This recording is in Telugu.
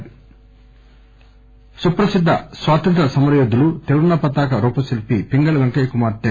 ఏపీ సీఎం ఏపీ సీఎం సుప్రసిద్ద స్వాతంత్ర్య సమరయోధులు త్రివర్ణ పతాక రూపశిల్పి పింగళి వెంకయ్య కుమార్తె